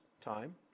time